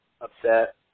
upset